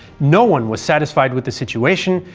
no one was satisfied with the situation,